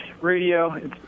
radio